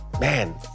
man